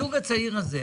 הזוג הצעיר הזה,